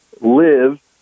live